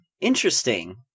Interesting